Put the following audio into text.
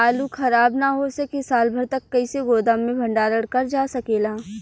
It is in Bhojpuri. आलू खराब न हो सके साल भर तक कइसे गोदाम मे भण्डारण कर जा सकेला?